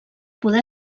poder